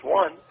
one